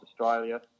Australia